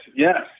Yes